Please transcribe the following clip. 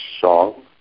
song